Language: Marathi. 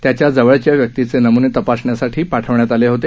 त्याच्या जवळच्या व्यक्तींचे नमूने तपासणीसाठी पाठविण्यात आहे होते